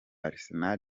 arsenal